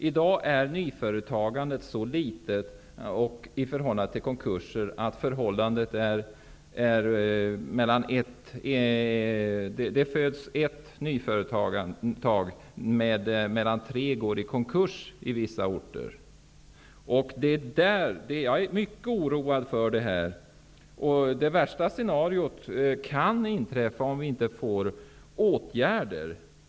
I dag är nyföretagandet mycket litet i förhållande till konkurser. Ett nytt företag föds medan tre går i konkurs på vissa orter. Det är jag mycket oroad för. Det värsta scenariot kan inträffa om vi inte sätter in åtgärder.